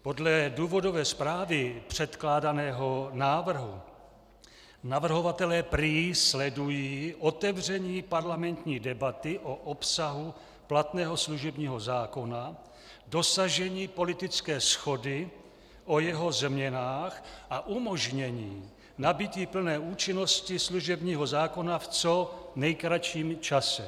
Podle důvodové zprávy předkládaného návrhu navrhovatelé prý sledují otevření parlamentní debaty o obsahu platného služebního zákona, dosažení politické shody o jeho změnách a umožnění nabytí plné účinnosti služebního zákona v co nejkratším čase.